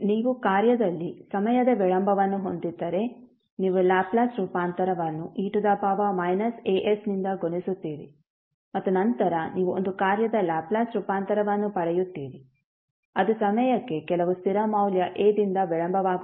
ನೀವು ಕಾರ್ಯದಲ್ಲಿ ಸಮಯದ ವಿಳಂಬವನ್ನು ಹೊಂದಿದ್ದರೆ ನೀವು ಲ್ಯಾಪ್ಲೇಸ್ ರೂಪಾಂತರವನ್ನು e asನಿಂದ ಗುಣಿಸುತ್ತೀರಿ ಮತ್ತು ನಂತರ ನೀವು ಒಂದು ಕಾರ್ಯದ ಲ್ಯಾಪ್ಲೇಸ್ ರೂಪಾಂತರವನ್ನು ಪಡೆಯುತ್ತೀರಿ ಅದು ಸಮಯಕ್ಕೆ ಕೆಲವು ಸ್ಥಿರ ಮೌಲ್ಯ a ದಿಂದ ವಿಳಂಬವಾಗುತ್ತದೆ